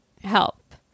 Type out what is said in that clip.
Help